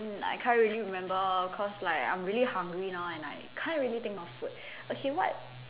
I can't really remember cause like I'm really hungry now and I can't really think of food okay what